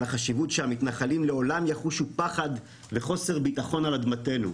החשיבות שהמתנחלים לעולם יחושו פחד וחוסר ביטחון על אדמתנו,